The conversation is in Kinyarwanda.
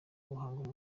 guhanga